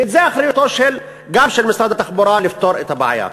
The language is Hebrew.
וגם זו אחריותו של משרד התחבורה לפתור את הבעיה.